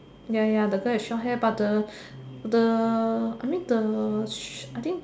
ya ya the girl is short hair but the the I think the I think